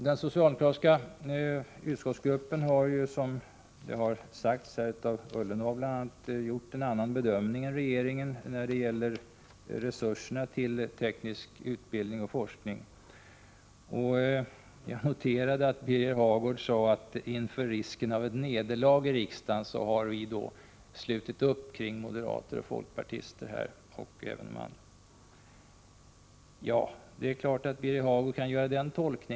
Den socialdemokratiska utskottsgruppen har, som bl.a. Jörgen Ullenhag har sagt, gjort en annan bedömning än regeringen när det gäller resurserna till teknisk utbildning och forskning. Jag noterade att Birger Hagård sade att socialdemokraterna i utskottet inför risken av ett nederlag i riksdagen slutit upp bakom moderater och folkpartister och de andra. Det är klart att Birger Hagård kan tolka det så.